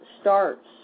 starts